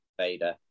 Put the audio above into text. Vader